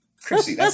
Chrissy